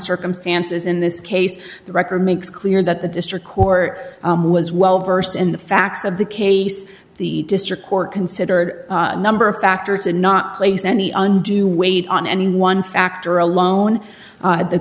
circumstances in this case the record makes clear that the district court was well versed in the facts of the case the district court considered a number of factors and not place any undue weight on any one factor alone